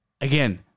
again